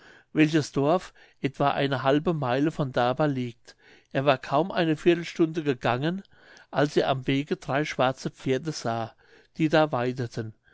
welches dorf etwa eine halbe meile von daber liegt er war kaum eine viertelstunde gegangen als er am wege drei schwarze pferde sah die da